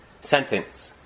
sentence